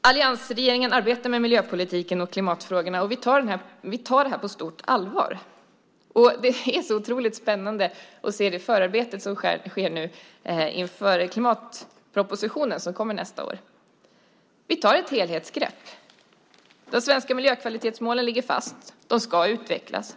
Alliansregeringen arbetar med miljöpolitiken och klimatfrågorna. Vi tar detta på stort allvar. Det är otroligt spännande att se det förarbete som nu pågår inför den klimatproposition som kommer nästa år. Vi tar ett helhetsgrepp. De svenska miljökvalitetsmålen ligger fast och ska utvecklas.